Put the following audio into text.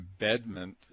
embedment